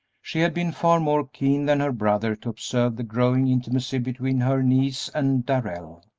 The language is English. she had been far more keen than her brother to observe the growing intimacy between her niece and darrell,